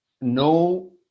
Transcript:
no